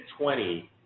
20